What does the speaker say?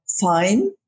fine